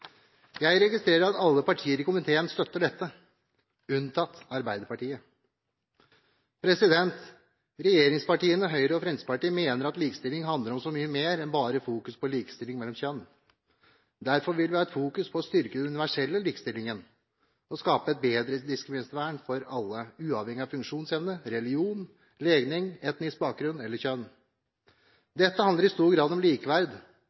Jeg registrerer at alle partier i komiteen støtter dette, unntatt Arbeiderpartiet. Regjeringspartiene, Høyre og Fremskrittspartiet, mener at likestilling handler om så mye mer enn likestilling mellom kjønn. Derfor vil vi fokusere på å styrke den universelle likestillingen og skape et bedre diskrimineringsvern for alle, uavhengig av funksjonsevne, religion, legning, etnisk bakgrunn eller kjønn. Dette handler i stor grad om likeverd,